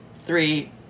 three